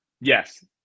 Yes